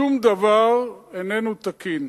שום דבר איננו תקין,